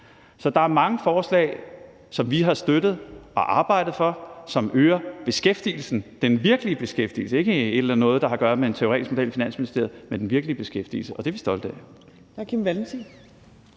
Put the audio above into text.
Så der er mange forslag, som vi har støttet og arbejdet for, som øger beskæftigelsen, og det er den virkelige beskæftigelse – ikke noget, der har at gøre med en teoretisk model i ministeriet, men den virkelige beskæftigelse – og det er vi stolte af.